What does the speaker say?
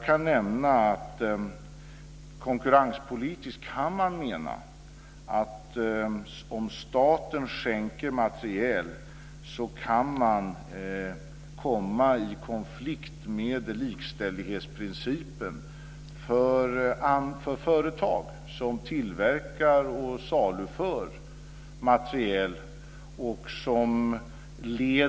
Konkurrenspolitiskt kan man mena att om staten skänker materiel kan det bli en konflikt med likställighetsprincipen för företag som tillverkar och saluför materiel.